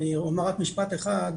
אני אומר רק משפט אחד,